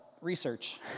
research